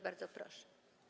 Bardzo proszę.